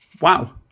Wow